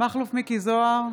מכלוף מיקי זוהר,